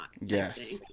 yes